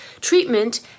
treatment